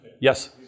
Yes